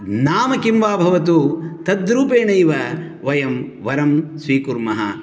नाम किं वा भवतु तद्रूपेनैव वयं वरं स्वीकुर्मः